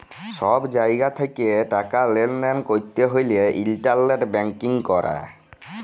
ছব জায়গা থ্যাকে টাকা লেলদেল ক্যরতে হ্যলে ইলটারলেট ব্যাংকিং ক্যরে